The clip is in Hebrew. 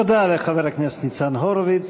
תודה לחבר הכנסת ניצן הורוביץ.